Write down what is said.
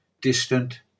distant